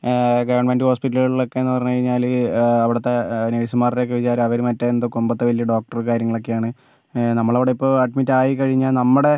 government ഹോസ്പിറ്റലുകളിലൊക്കെ എന്ന് പറഞ്ഞു കഴിഞ്ഞാല് അവിടത്തെ നേഴ്സ്മാരുടെ ഒക്കെ വിചാരം അവര് മറ്റേ എന്തോ കൊമ്പത്തെ വലിയ ഡോക്ടറോ കാര്യങ്ങളൊക്കെ ആണ് നമ്മളോട് ഇപ്പോൾ അഡ്മിറ്റ് ആയി കഴിഞ്ഞാൽ നമ്മുടെ